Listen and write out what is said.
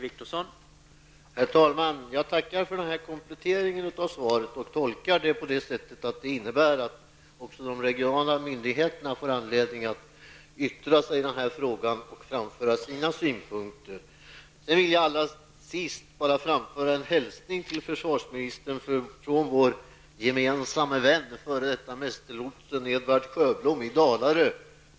Herr talman! Jag tackar för denna komplettering av svaret och tolkar den på det sättet att också de regionala myndigheterna får möjlighet att yttra sig och framföra sina synpunkter i denna fråga. Jag vill allra sist framföra en hälsning till försvarsministern från vår gemensamme vän, f.d. mästerlotsen Edvard Sjöblom i Dalarö.